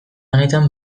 honetan